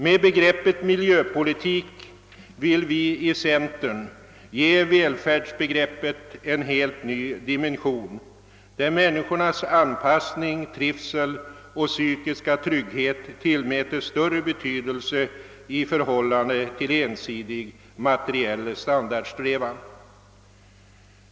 Med begreppet miljöpolitik vill vi i centern ge välfärdsbegreppet en helt ny dimension, där människornas anpassning, trivsel och psykiska trygghet tillmätes större betydelse i förhållande till ensidig materiell standardsträvan.